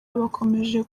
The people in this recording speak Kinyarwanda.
bakomeje